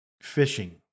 fishing